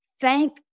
Thank